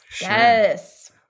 Yes